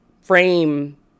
frame